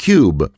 Cube